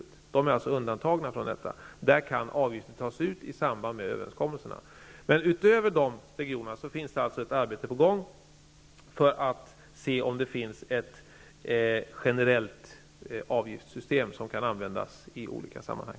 Stockholm och Göteborg är alltså undantagna. Där kan avgifter tas ut i samband med överenskommelserna. Det finns ett arbete på gång för att se om det går att använda ett generellt avgiftssystem i olika sammanhang utöver i de regionerna.